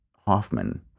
Hoffman